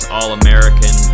All-American